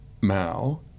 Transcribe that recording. Mao